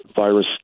virus